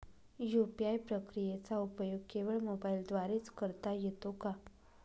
UPI प्रक्रियेचा उपयोग केवळ मोबाईलद्वारे च करता येतो का?